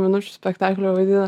minučių spektaklio vaidina